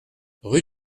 rue